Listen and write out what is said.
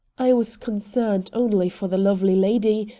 i was concerned only for the lovely lady,